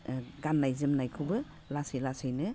गान्नाय जोमनायखौबो लासै लासैनो